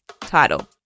title